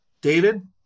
David